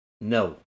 No